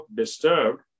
disturbed